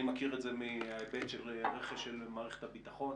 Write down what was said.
מכיר את זה מההיבט של רכש של מערכת הביטחון,